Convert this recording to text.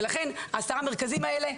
ולכן העשרה מרכזים האלה,